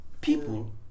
people